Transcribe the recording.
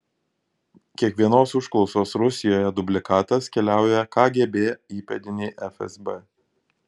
kiekvienos užklausos rusijoje dublikatas keliauja kgb įpėdinei fsb